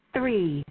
Three